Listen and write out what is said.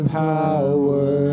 power